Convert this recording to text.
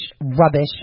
rubbish